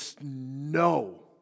no